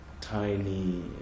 tiny